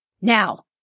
Now